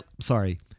sorry